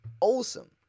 Awesome